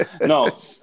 No